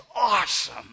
awesome